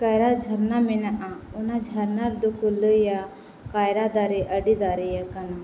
ᱠᱟᱭᱨᱟ ᱡᱷᱟᱨᱱᱟ ᱢᱮᱱᱟᱜᱼᱟ ᱚᱱᱟ ᱡᱷᱟᱨᱱᱟ ᱨᱮᱫᱚ ᱠᱚ ᱞᱟᱹᱭᱟ ᱠᱟᱭᱨᱟ ᱫᱟᱨᱮ ᱟᱹᱰᱤ ᱫᱟᱨᱮᱭᱟ ᱠᱟᱱᱟ